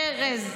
ארז.